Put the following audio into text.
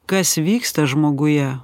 kas vyksta žmoguje